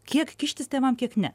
kiek kištis tėvam kiek ne